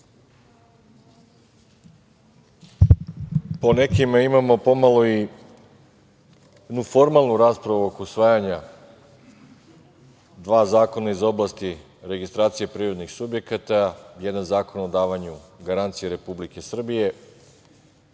nekima, imamo po malo i jednu formalnu raspravu oko usvajanja dva zakona iz oblasti registracije privrednih subjekata, jedan zakon o davanju garancije Republike Srbije.